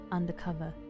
Undercover